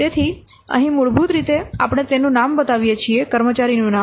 તેથી અહીં મૂળભૂત રીતે આપણે તેનું નામ બતાવીએ છીએ કર્મચારીનું નામ